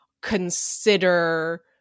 consider